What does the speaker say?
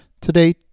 Today